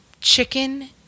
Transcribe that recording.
chicken